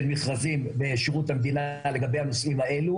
מכרזים בשירות המדינה לגבי הנושאים האלו